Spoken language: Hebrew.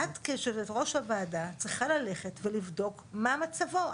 את כיושבת-ראש הוועדה צריכה ללכת ולבדוק מה מצבו.